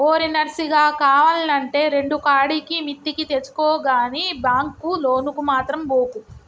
ఓరి నర్సిగా, కావాల్నంటే రెండుకాడికి మిత్తికి తెచ్చుకో గని బాంకు లోనుకు మాత్రం బోకు